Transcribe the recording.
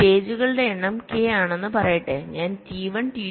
സ്റ്റേജുകളുടെ എണ്ണം k ആണെന്ന് പറയട്ടെ ഞാൻ T1 T2 T3